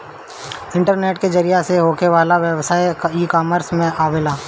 internet के जरिया से होखे वाला व्यवसाय इकॉमर्स में आवेला